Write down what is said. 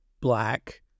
black